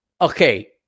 Okay